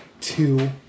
two